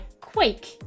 Quake